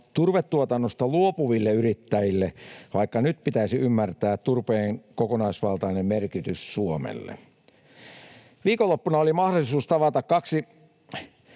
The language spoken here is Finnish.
turvetuotannosta luopuville yrittäjille, vaikka nyt pitäisi ymmärtää turpeen kokonaisvaltainen merkitys Suomelle. Viikonloppuna oli mahdollisuus tavata kaksi